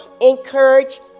encourage